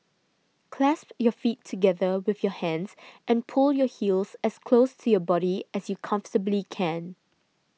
clasp your feet together with your hands and pull your heels as close to your body as you comfortably can